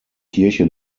kirche